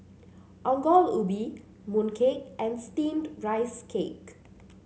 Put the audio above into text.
Ongol Ubi Mooncake and steamed Rice Cake